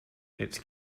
its